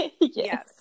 Yes